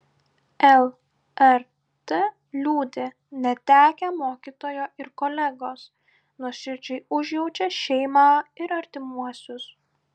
lrt liūdi netekę mokytojo ir kolegos nuoširdžiai užjaučia šeimą ir artimuosius